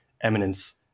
eminence